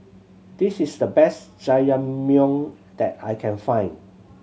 this is the best Jajangmyeon that I can find